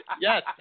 Yes